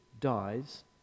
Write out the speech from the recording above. dies